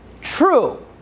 true